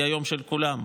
היא היום של כולם.